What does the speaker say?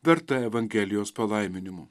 verta evangelijos palaiminimo